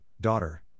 daughter